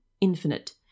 infinite